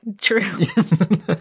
True